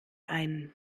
ein